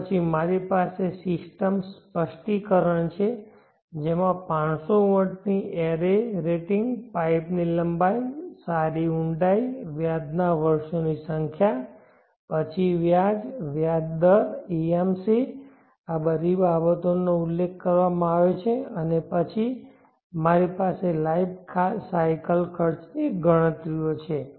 તે પછી મારી પાસે સિસ્ટમ સ્પષ્ટીકરણ છે જેમાં 500 વોટની એરે રેટિંગ પાઇપની લંબાઈ સારી ઊંડાઈ વ્યાજની વર્ષોની સંખ્યા પછી વ્યાજ વ્યાજ દર AMC આ બધી બાબતોનો ઉલ્લેખ કરવામાં આવ્યો છે અને પછી મારી પાસે લાઈફ સાયકલ ખર્ચની ગણતરીઓ છે